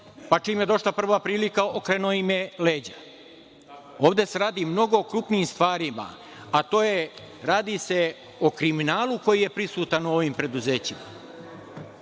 pa čim je došla prva prilika okrenuo im je leđa. Ovde se radi mnogo o krupnijim stvarima, a to je radi se o kriminalu koji je prisutan u ovim preduzećima.